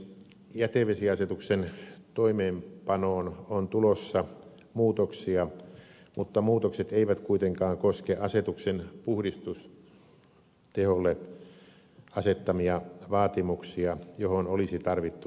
jätevesiasetuksen toimeenpanoon on tulossa muutoksia mutta muutokset eivät kuitenkaan koske asetuksen puhdistusteholle asettamia vaatimuksia joihin olisi tarvittu lievennyksiä